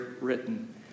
written